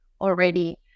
already